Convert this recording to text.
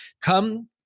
Come